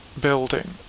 building